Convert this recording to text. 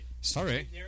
Sorry